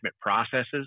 processes